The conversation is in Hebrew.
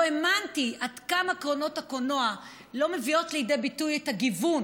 לא האמנתי עד כמה קרנות הקולנוע לא מביאות לידי ביטוי את הגיוון